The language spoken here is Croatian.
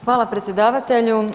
Hvala predsjedavatelju.